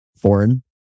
foreign